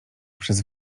przez